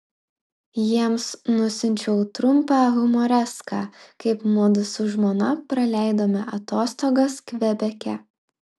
jiems nusiunčiau trumpą humoreską kaip mudu su žmona praleidome atostogas kvebeke